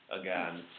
again